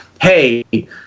hey